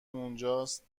اونجاست